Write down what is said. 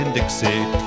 Dixie